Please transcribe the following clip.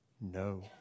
No